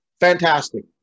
fantastic